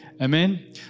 Amen